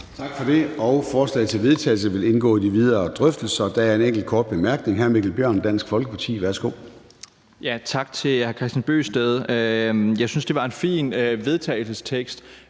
Tak for det. Forslaget til vedtagelse vil indgå i de videre drøftelser. Der er en enkelt kort bemærkning fra hr. Mikkel Bjørn, Dansk Folkeparti. Værsgo. Kl. 17:08 Mikkel Bjørn (DF): Tak til hr. Kristian Bøgsted. Jeg synes, det var en fin vedtagelsestekst.